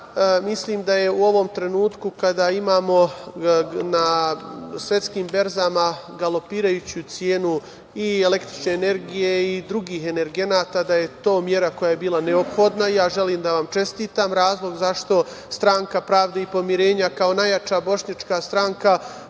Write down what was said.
Mislim da je u ovom trenutku, kada imamo na svetskim berzama galopirajuću cenu i električne energije i drugih energenata, da je to mera koja je bila neophodna. Ja želim da vam čestitam. Razlog zašto Stranka pravde i pomirenja, kao najjača bošnjačka stranka,